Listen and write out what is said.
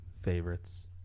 favorites